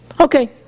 Okay